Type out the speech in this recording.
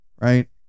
right